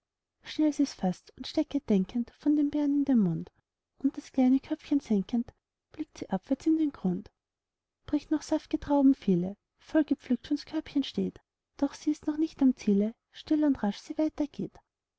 schnell sie's faßt und stecket denkend von den beeren in den mund und das kleine köpfchen senkend blickt sie abwärts in den grund bricht noch saft'ge trauben viele voll gepflückt schon's körbchen steht doch sie ist noch nicht am ziele still und rasch sie